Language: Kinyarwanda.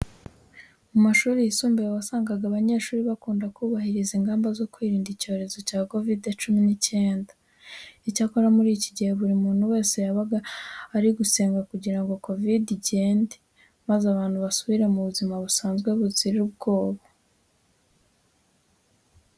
Mu mashuri yisumbuye wasangaga abanyeshuri bakunda kubahiriza ingamba zo kwirinda icyorezo cya Kovide cumi n'icyenda. Icyakora muri iki gihe, buri muntu wese yabaga ari gusenga kugira ngo Kovide igende maze abantu basubire mu buzima busanzwe buzira ubwoba.